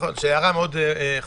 זו הערה מאוד חשובה.